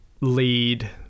lead